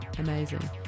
amazing